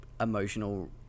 emotional